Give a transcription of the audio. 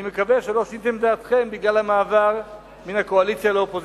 אני מקווה שלא שיניתם את דעתכם בגלל המעבר מן הקואליציה לאופוזיציה.